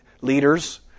leaders